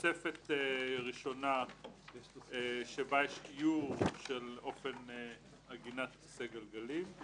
בתוספת ראשונה יש איור של אופן עגינת כיסא גלגלים.